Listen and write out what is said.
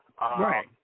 Right